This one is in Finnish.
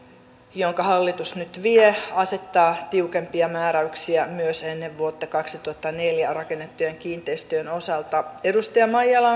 jonka hallitus nyt vie asettaa tiukempia määräyksiä myös ennen vuotta kaksituhattaneljä rakennettujen kiinteistöjen osalta edustaja maijala